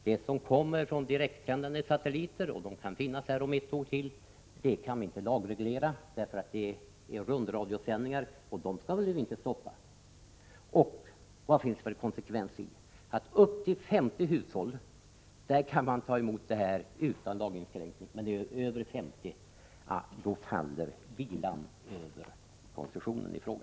Det som kommer från direktsändande satelliter — de kan finnas här om ytterligare ett år — kan vi inte lagreglera, därför att det är rundradiosändningar, och dem skall vi ju inte stoppa. Vad är det för konsekvens i att det inte skall krävas koncession för kabelsändningar som når högst 50 hushåll men att bilan faller och det krävs koncession om det är fler än 50 hushåll?